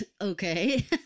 Okay